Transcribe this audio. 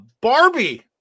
Barbie